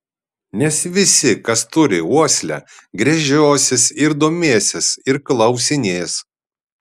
nes visi kas turi uoslę gręžiosis ir domėsis ir klausinės